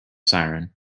siren